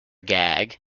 gag